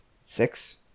Six